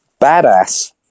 badass